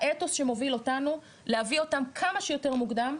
האתוס שמוביל אותנו להביא אותם כמה שיותר מוקדם,